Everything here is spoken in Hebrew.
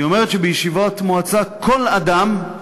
היא אומרת שבישיבות מועצה כל אדם,